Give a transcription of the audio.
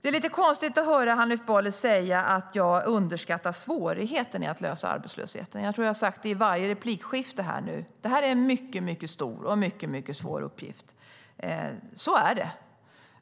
Det är lite konstigt att höra Hanif Bali säga att jag underskattar svårigheten i att lösa arbetslösheten. Jag tror att jag har sagt det i varje replikskifte här: Det här är en mycket stor och mycket svår uppgift. Så är det.